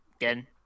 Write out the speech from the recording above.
Again